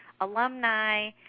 alumni